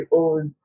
old